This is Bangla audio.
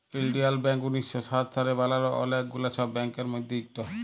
ইলডিয়াল ব্যাংক উনিশ শ সাত সালে বালাল অলেক গুলা ছব ব্যাংকের মধ্যে ইকট